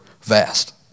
vast